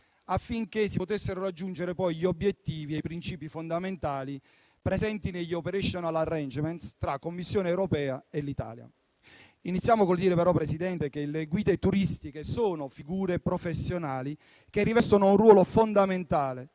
affinché si potessero raggiungere gli obiettivi e i principi fondamentali presenti negli *operational arrangements* tra Commissione europea e Italia. Iniziamo col dire però, Presidente, che le guide turistiche sono figure professionali che rivestono un ruolo fondamentale